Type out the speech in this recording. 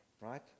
Right